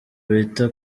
bita